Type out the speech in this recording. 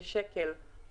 בשקל,